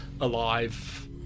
alive